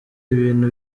ibintu